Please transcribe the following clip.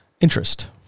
interest